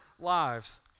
lives